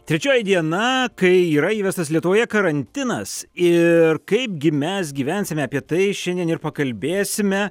trečioji diena kai yra įvestas lietuvoje karantinas ir kaipgi mes gyvensime apie tai šiandien ir pakalbėsime